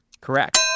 Correct